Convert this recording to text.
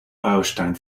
baustein